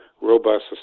robust